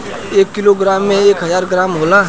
एक किलोग्राम में एक हजार ग्राम होला